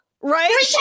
Right